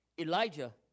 Elijah